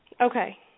Okay